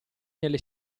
nelle